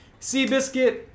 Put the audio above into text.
Seabiscuit